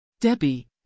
Debbie